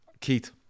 Keith